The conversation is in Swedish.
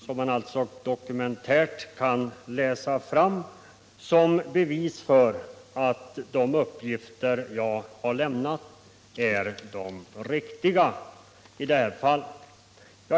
Här finns alltså bevis en på att de uppgifter jag lämnat är de riktiga.